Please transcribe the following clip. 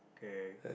K